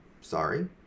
sorry